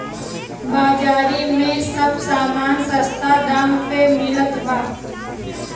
बाजारी में सब समान सस्ता दाम पे मिलत बा